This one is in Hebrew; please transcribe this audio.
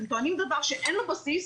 הם טוענים דבר שאין לו בסיס,